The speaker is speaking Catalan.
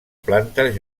plantes